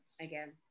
Again